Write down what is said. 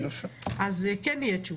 אז כן יהיו תשובות.